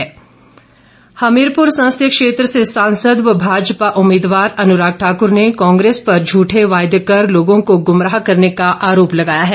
अनुराग हमीरपुर संसदीय क्षेत्र से सांसद व भाजपा उम्मीदवार अनुराग ठाक्र ने कांग्रेस पर झूठे वायदे कर लोगों को गुमराह करने का आरोप लगाया है